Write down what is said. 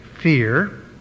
fear